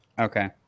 Okay